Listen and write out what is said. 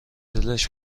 دلش